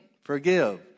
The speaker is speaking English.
forgive